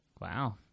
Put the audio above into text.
Wow